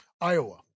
Iowa